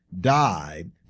died